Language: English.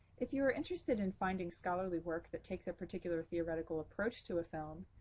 if you are interested in finding scholarly work that takes a particular theoretical approach to a film,